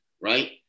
Right